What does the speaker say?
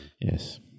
Yes